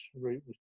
route